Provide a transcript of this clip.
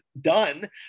done